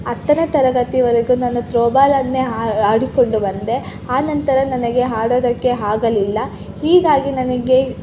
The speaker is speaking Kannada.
ಹತ್ತನೇ ತರಗತಿವರೆಗೂ ನಾನು ತ್ರೋಬಾಲನ್ನೇ ಹಾ ಆಡಿಕೊಂಡು ಬಂದೆ ಆ ನಂತರ ನನಗೆ ಆಡೋದಕ್ಕೆ ಆಗಲಿಲ್ಲ ಹೀಗಾಗಿ ನನಗೆ